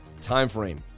timeframe